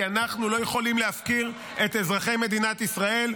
כי אנחנו לא יכולים להפקיר את אזרחי מדינת ישראל.